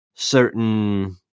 certain